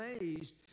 amazed